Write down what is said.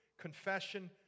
confession